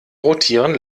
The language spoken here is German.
rotieren